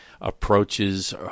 approaches